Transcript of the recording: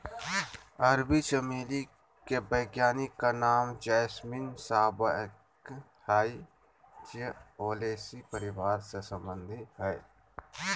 अरबी चमेली के वैज्ञानिक नाम जैस्मीनम सांबैक हइ जे ओलेसी परिवार से संबंधित हइ